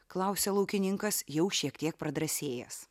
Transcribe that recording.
klausia laukininkas jau šiek tiek pradrąsėjęs